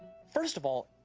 first of all,